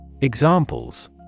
Examples